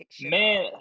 Man